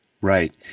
right